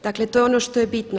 Dakle to je ono što je bitno.